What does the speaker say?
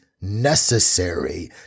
necessary